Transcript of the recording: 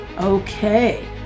Okay